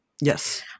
Yes